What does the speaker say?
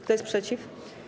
Kto jest przeciw?